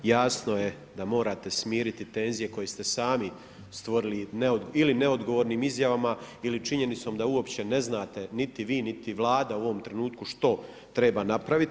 Jasno je da morate smiriti tenzije koje ste sami stvorili ili neodgovornim izjavama ili činjenicom da uopće ne znate niti vi niti Vlada u ovom trenutku što treba napraviti.